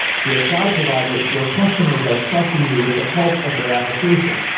if you're a cloud provider, your customers are trusting you with the health of their application.